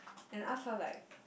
and ask her like